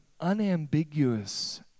unambiguous